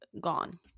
gone